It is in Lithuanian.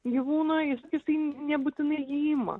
gyvūno jis jisai nebūtinai jį ima